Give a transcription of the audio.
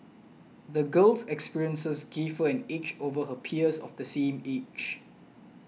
the girl's experiences gave her an edge over her peers of the same age